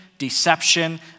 Deception